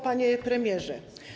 Panie Premierze!